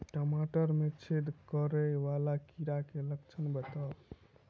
टमाटर मे छेद करै वला कीड़ा केँ लक्षण बताउ?